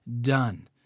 done